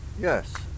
Yes